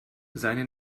seine